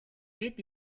бид